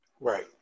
Right